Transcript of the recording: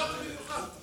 אני באתי במיוחד.